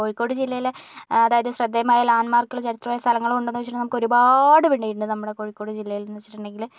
കോഴിക്കോട് ജില്ലയിലെ അതായത് ശ്രദ്ധേയമായ ലാൻഡ് മാർക്കുകൾ ചരിത്രപരമായ സ്ഥലങ്ങളും ഉണ്ടെന്ന് ചോദിച്ചിട്ടുണ്ടെങ്കിൽ നമുക്ക് ഒരുപാട് ഇവിടെയുണ്ട് നമ്മുടെ കോഴിക്കോട് ജില്ലയിലെന്ന് വച്ചിട്ടുണ്ടെങ്കിൽ